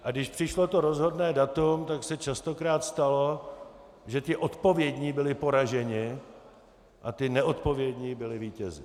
A když přišlo to rozhodné datum, tak se častokrát stalo, že ti odpovědní byli poraženi a ti neodpovědní byli vítězi.